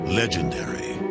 legendary